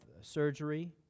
surgery